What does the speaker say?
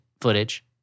footage